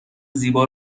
زیبا